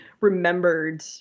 remembered